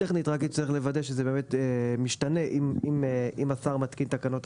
טכנית רק צריך לוודא שזה באמת משתנה אם השר מתקין תקנות אחרות,